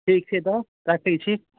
ठीक छै तऽ कटै छी